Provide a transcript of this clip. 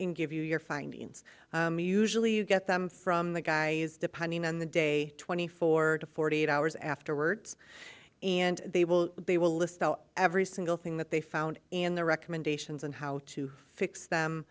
in give you your findings usually you get them from the guys depending on the day twenty four to forty eight hours afterwards and they will they will list every single thing that they found in the recommendations and how to fix them